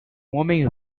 homem